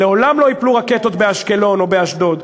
לעולם לא ייפלו רקטות באשקלון או באשדוד.